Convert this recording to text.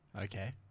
Okay